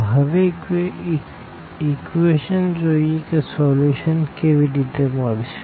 તો હવે ઇક્વેશન જોઈએ કે સોલ્યુશન કેવી રીતે મળશે